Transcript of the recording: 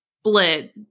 split